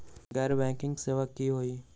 गैर बैंकिंग सेवा की होई?